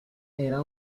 era